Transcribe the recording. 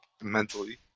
mentally